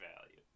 value